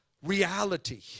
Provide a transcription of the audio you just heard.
reality